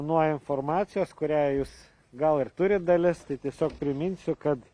nuo informacijos kurią jūs gal ir turit dalis tai tiesiog priminsiu kad